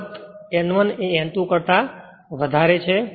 અલબત્ત N1 એ N2 કરતા વધારે છે